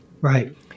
Right